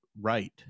right